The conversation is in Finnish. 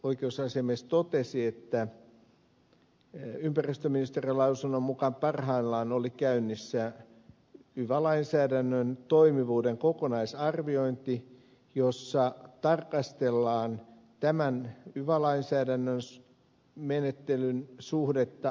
tässä apulaisoikeusasiamies totesi että ympäristöministeriön lausunnon mukaan parhaillaan oli käynnissä yva lainsäädännön toimivuuden kokonaisarviointi jossa tarkastellaan tämän yva lainsäädännön menettelyn suhdetta muuhun lainsäädäntöön